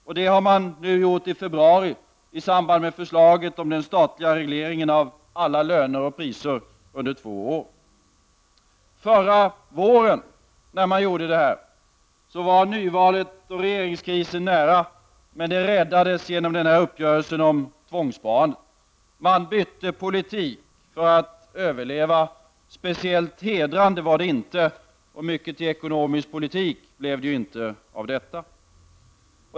Man har gjort det nu i februari i samband med förslaget om den statliga regleringen av alla löner och priser under två år. Förra våren var nyvalet och regeringskrisen nära, men regeringen räddades genom uppgörelsen om tvångssparandet. Man bytte politik för att överleva. Speciellt hedrande var det inte. Och mycket till ekonomisk politik blev det inte av detta.